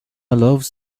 loves